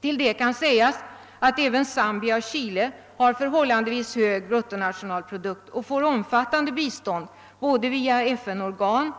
Till detta kan sägas att även Zambia och Chile har en förhållandevis hög bruttonationalprodukt och får omfattande bistånd både från FN-organen